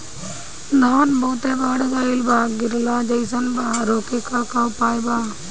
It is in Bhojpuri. धान बहुत बढ़ गईल बा गिरले जईसन बा रोके क का उपाय बा?